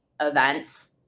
events